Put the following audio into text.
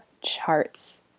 charts